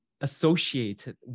associated